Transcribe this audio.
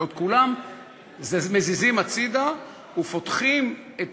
את כולם מזיזים הצדה ופותחים את